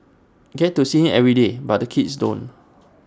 get to see him every day but the kids don't